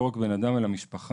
לא רק בן אדם אלא משפחה.